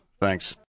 thanks